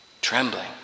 trembling